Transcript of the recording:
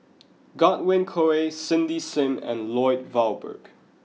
Godwin Koay Cindy Sim and Lloyd Valberg